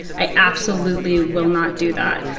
i absolutely will not do that.